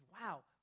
wow